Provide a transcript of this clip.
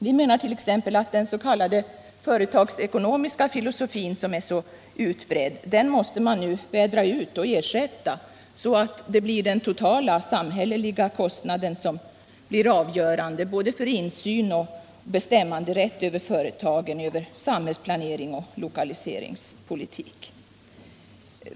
Vi menar t.ex. att den s.k. företagsekonomiska filosofin, som är så utbredd, nu måste vädras ut och ersättas, så att den totala samhällsekonomiska kostnaden blir avgörande för insyn i och bestämmanderätt över företagen, för samhällsplanering och för lokaliseringspolitik.